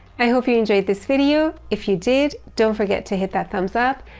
i hope you enjoyed this video. if you did, don't forget to hit that thumbs up.